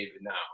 now